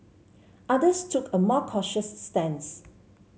others took a more cautious stance